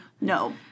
No